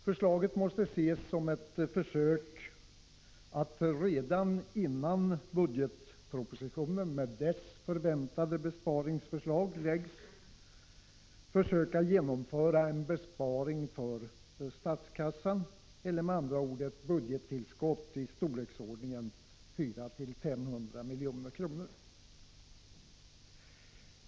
Förslaget måste ses som ett försök att redan innan budgetpropositionen, med dess förväntade besparingsförslag, läggs fram genomföra en besparing för statskassan eller, med andra ord, ett budgettillskott i storleksordningen 400-500 milj.kr.